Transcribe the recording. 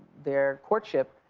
their courtship.